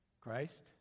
Christ